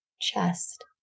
chest